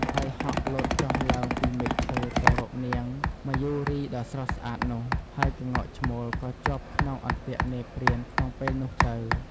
ហើយហក់លោតចុះឡើងពីមែកឈើទៅរកនាងមយូរីដ៏ស្រស់ស្អាតនោះ ហើយក្ងោកឈ្មោលក៏ជាប់ក្នុងអន្ទាក់នាយព្រានក្នុងពេលនោះទៅ។